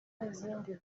n’izindi